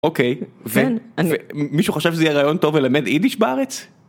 אוקיי, ו.. ומישהו חושב שזה יהיה רעיון טוב ללמד יידיש בארץ?